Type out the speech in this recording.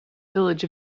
village